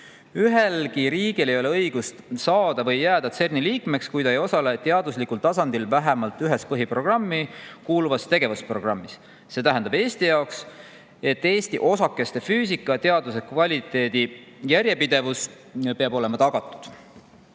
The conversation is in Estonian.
Ühelgi riigil ei ole õigust saada või jääda CERN‑i liikmeks, kui ta ei osale teaduslikul tasandil vähemalt ühes põhiprogrammi kuuluvas tegevusprogrammis. See tähendab Eesti jaoks, et Eesti osakeste füüsika teaduse kvaliteedi järjepidevus peab olema tagatud.